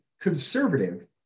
conservative